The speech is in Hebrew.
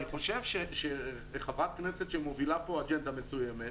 אני חושב שכחברת כנסת שמובילה פה אג'נדה מסוימת,